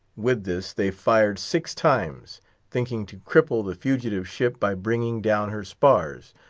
with this, they fired six times thinking to cripple the fugitive ship by bringing down her spars.